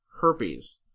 herpes